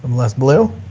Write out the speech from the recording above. less blue